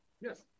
Yes